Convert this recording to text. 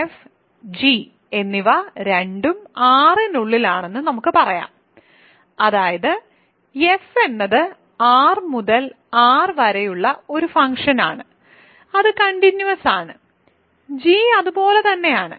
f g എന്നിവ രണ്ടും R നുള്ളിലാണെന്ന് നമുക്ക് പറയാം അതായത് f എന്നത് R മുതൽ R വരെയുള്ള ഒരു ഫംഗ്ഷനാണ് അത് കണ്ടിന്യൂസ് ആണ് g അതുപോലെ തന്നെ ആണ്